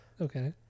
Okay